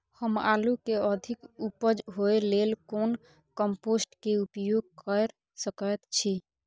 हम आलू के अधिक उपज होय लेल कोन कम्पोस्ट के उपयोग कैर सकेत छी?